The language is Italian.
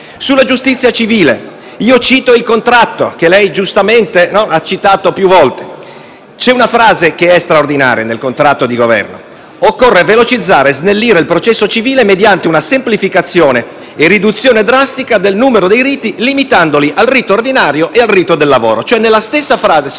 la giustizia civile, cito il contratto di Governo che lei giustamente ha citato più volte. Nel contratto c'è una frase che è straordinaria: «occorre velocizzare e snellire il processo civile mediante una semplificazione e riduzione drastica del numero dei riti, limitandoli al rito ordinario e al rito del lavoro».